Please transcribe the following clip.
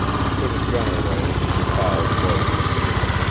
he put his gun away, and bowed low to nada.